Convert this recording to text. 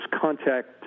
contact